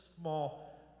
small